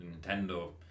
Nintendo